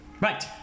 Right